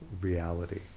reality